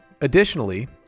Additionally